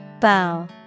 Bow